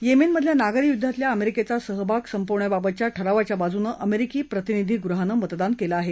Yemen मधल्या नागरी युद्धातल्या अमेरिकेचा सहभाग संपवण्याबाबतच्या ठरावाच्या बाजूनं अमेरीकी प्रतिनिधी गृहानं मतदान केलं आहे